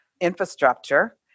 infrastructure